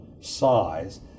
size